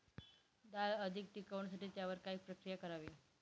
डाळ अधिक टिकवण्यासाठी त्यावर काय प्रक्रिया करावी?